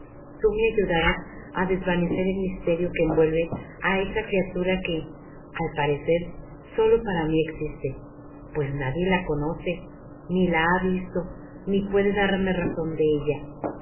tú me ayudarás á desvanecer el misterio que envuelve á esa criatura que al parecer solo para mí existe pues nadie la conoce ni la ha visto ni puede darme razón de ella